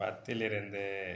பத்திலிருந்து